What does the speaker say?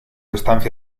estancia